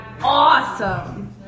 awesome